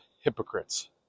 hypocrites